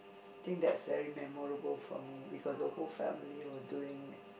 think that is very memorable for me because the whole family was doing it